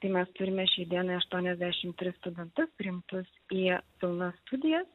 tai mes turime šiai dienai aštuoniasdešim tris studentus priimtus į pilnas studijas